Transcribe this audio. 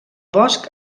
bosc